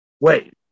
Wait